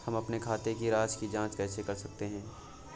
हम अपने खाते की राशि की जाँच कैसे कर सकते हैं?